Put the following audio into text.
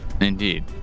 Indeed